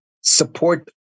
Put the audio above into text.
support